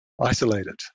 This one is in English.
isolated